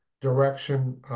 direction